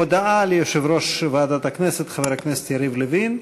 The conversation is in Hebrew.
הודעה ליושב-ראש ועדת הכנסת, חבר הכנסת יריב לוין,